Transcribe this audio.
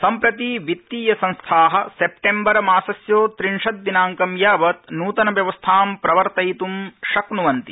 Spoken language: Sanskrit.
सम्प्रति वित्तीय संस्था सेप्टेम्बर मासस्य व्रिंशत्दिनांक यावत् नूतन व्यवस्थां प्रवर्तयित् शक्न्वन्ति